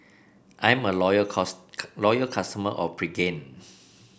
I'm a loyal cos loyal customer of Pregain